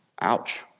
Ouch